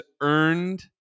earned